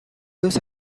his